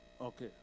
Okay